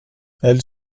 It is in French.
elle